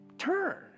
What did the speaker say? turn